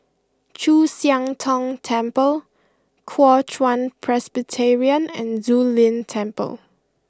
Chu Siang Tong Temple Kuo Chuan Presbyterian and Zu Lin Temple